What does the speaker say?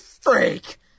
freak